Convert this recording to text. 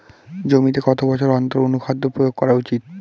জমিতে কত বছর অন্তর অনুখাদ্য প্রয়োগ করা উচিৎ?